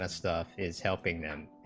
ah staff is helping them